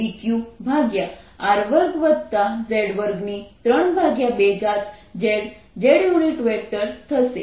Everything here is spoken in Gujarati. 14π0q dqr2z232 z z થશે